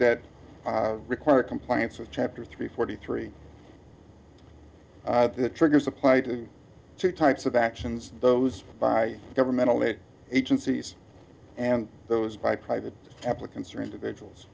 that require compliance with chapter three forty three the triggers apply to two types of actions those by governmental aid agencies and those by private applicants or individuals